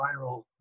viral